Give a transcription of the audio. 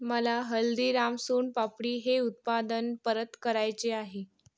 मला हल्दीराम सोनपापडी हे उत्पादन परत करायचे आहे